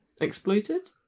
Exploited